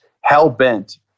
hell-bent